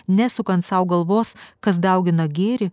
nesukant sau galvos kas daugina gėrį